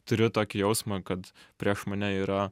turiu tokį jausmą kad prieš mane yra